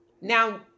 Now